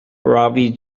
robbie